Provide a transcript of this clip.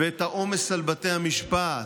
ואת העומס על בתי המשפט,